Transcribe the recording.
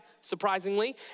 surprisingly